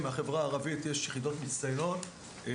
יש יחידות מצטיינות מהחברה הערבית,